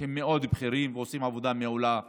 שהם מאוד בכירים ועושים עבודה מעולה במשרד.